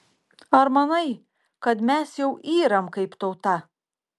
ar manai kad mes jau yram kaip tauta